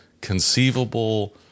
conceivable